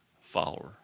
follower